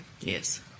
Yes